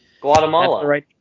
Guatemala